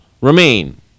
remain